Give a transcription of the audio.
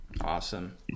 awesome